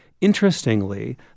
Interestingly